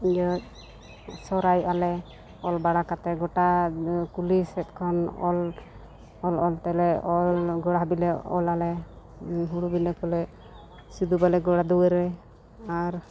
ᱤᱭᱟᱹ ᱥᱚᱦᱨᱟᱭᱚᱜᱼᱟ ᱞᱮ ᱚᱞ ᱵᱟᱲᱟ ᱠᱟᱛᱮ ᱜᱳᱴᱟ ᱠᱩᱞᱦᱤ ᱥᱮᱫ ᱠᱷᱚᱱ ᱚᱞ ᱚᱞ ᱛᱮᱞᱮ ᱚᱞ ᱜᱳᱲᱟ ᱦᱟᱹᱵᱤᱡ ᱞᱮ ᱚᱞ ᱟᱞᱮ ᱦᱳᱲᱳ ᱵᱤᱞᱤ ᱠᱚᱞᱮ ᱥᱤᱫᱩᱵ ᱟᱞᱮ ᱜᱳᱲᱟ ᱫᱩᱣᱟᱹᱨ ᱨᱮ ᱟᱨ